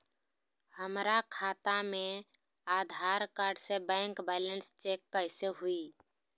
हमरा खाता में आधार कार्ड से बैंक बैलेंस चेक कैसे हुई?